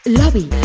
lobby